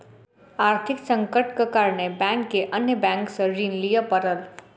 आर्थिक संकटक कारणेँ बैंक के अन्य बैंक सॅ ऋण लिअ पड़ल